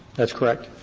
that's correct.